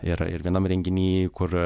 ir ir vienam renginy kur